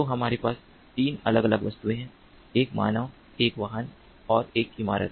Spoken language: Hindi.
तो हमारे पास 3 अलग अलग वस्तुएं हैं एक मानव एक वाहन और एक इमारत